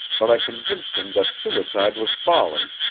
but i convinced him that suicide was folly,